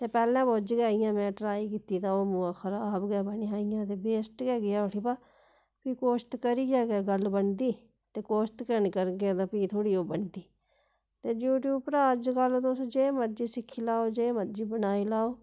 ते पैह्ले पुज्ज गै में ट्राई कीती ते ओह् मोआ खराब गै बनेआ इ'यां ते वेस्ट गै गेआ उठी बा फ्ही कोशत करियै गै गल्ल बनदी ते कोशत गै नी करगे ते फ्ही थोह्ड़ी ओह् बनदी ते यूट्यूब उप्परा तुस अज्जकल जे मर्जी सिक्खी लैओ जे मर्जी बनाई लैओ